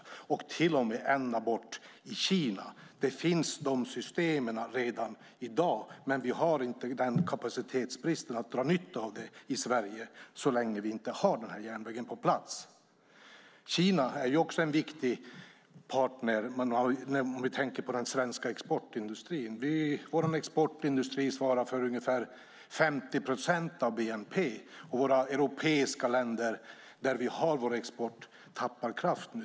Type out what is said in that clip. Det handlar till och med om att komma ända bort till Kina. De systemen finns redan i dag, men vi har inte den kapaciteten att vi kan dra nytta av det i Sverige. Det kan vi inte göra så länge vi inte har den här järnvägen på plats. Kina är också en viktig partner när vi tänker på den svenska exportindustrin. Vår exportindustri svarar för ungefär 50 procent av bnp. De europeiska länderna, där vi har vår export, tappar nu kraft.